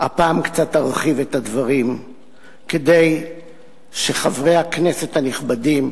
הפעם קצת ארחיב את הדברים כדי שחברי הכנסת הנכבדים,